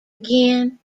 again